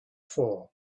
for